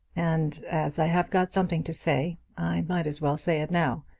and as i have got something to say, i might as well say it now.